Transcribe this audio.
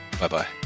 bye-bye